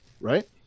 Right